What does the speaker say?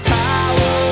power